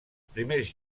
primers